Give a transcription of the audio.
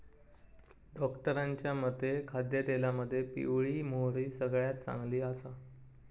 डॉक्टरांच्या मते खाद्यतेलामध्ये पिवळी मोहरी सगळ्यात चांगली आसा